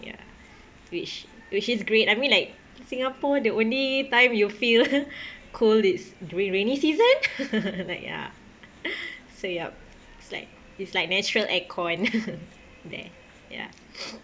ya which which is great I mean like singapore the only time you will feel cold it's during rainy season like ya so yup it's like it's like natural aircon there ya